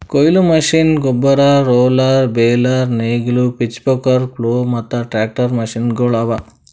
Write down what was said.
ಕೊಯ್ಲಿ ಮಷೀನ್, ಗೊಬ್ಬರ, roller, baler, ನೇಗಿಲು, ಪಿಚ್ಫೋರ್ಕ್, ಪ್ಲೊ ಮತ್ತ ಟ್ರಾಕ್ಟರ್ ಮಷೀನಗೊಳ್ ಅವಾ